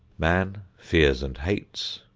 man fears and hates,